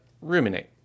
ruminate